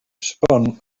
spun